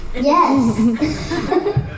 Yes